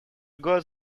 год